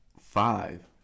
five